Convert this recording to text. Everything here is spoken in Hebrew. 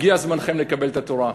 הגיע זמנכם לקבל את התורה.